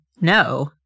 no